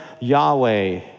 Yahweh